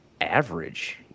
average